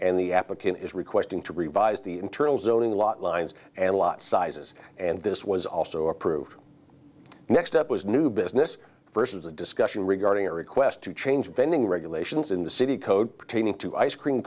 and the application is requesting to revise the internal zoning lot lines and a lot sizes and this was also approved the next step was new business versus a discussion regarding a request to change vending regulations in the city code pertaining to ice cream